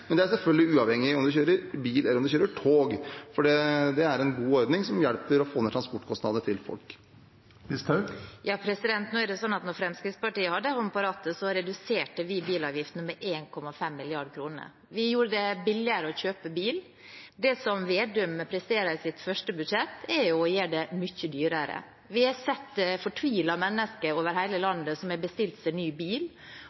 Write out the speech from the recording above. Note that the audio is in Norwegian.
selvfølgelig uavhengig av om du kjører bil, eller om du kjører tog. Det er en god ordning som hjelper til med å få ned transportkostnadene til folk. Da Fremskrittspartiet hadde en hånd på rattet, reduserte vi bilavgiftene med 1,5 mrd. kr. Vi gjorde det billigere å kjøpe bil. Det som Slagsvold Vedum presterer i sitt første budsjett, er å gjøre det mye dyrere. Vi har sett fortvilte mennesker over hele